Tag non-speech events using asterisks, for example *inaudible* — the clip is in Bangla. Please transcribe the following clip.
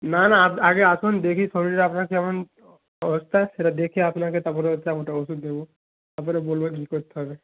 না না *unintelligible* আগে আসুন দেখি শরীরের আপনার কেমন অবস্থা সেটা দেখে আপনাকে তার পরে হচ্ছে আমি একটা ওষুধ দেবো তার পরে বলব কী করতে হবে